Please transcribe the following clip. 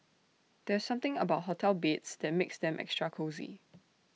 there's something about hotel beds that makes them extra cosy